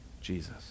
Jesus